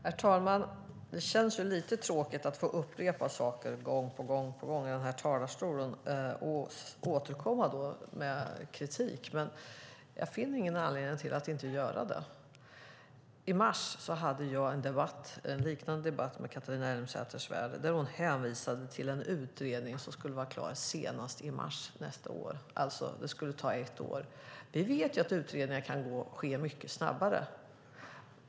Herr talman! Det är lite tråkigt att behöva upprepa saker gång på gång och återkomma med kritik, men jag finner ingen anledning att inte göra det. I mars hade jag en liknande debatt med Catharina Elmsäter-Svärd där hon hänvisade till en utredning som skulle vara klar senast i mars nästa år - den skulle alltså ta ett år. Jag vet att utredningar kan ske mycket snabbare.